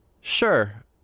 Sure